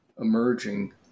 emerging